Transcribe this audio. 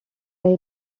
eye